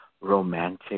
romantic